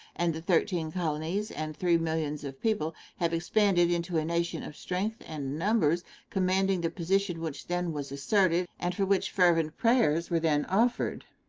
and the thirteen colonies and three millions of people have expanded into a nation of strength and numbers commanding the position which then was asserted and for which fervent prayers were then offered.